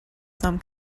some